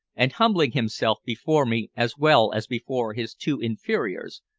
and humbling himself before me as well as before his two inferiors,